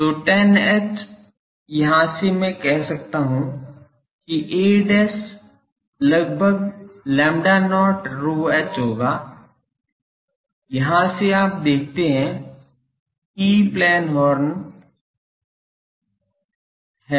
तो tan h यहाँ से मैं कह सकता हूँ कि a लगभग lambda not ρh होगा यहाँ से आप देखते हैं ई प्लेन हॉर्न हैं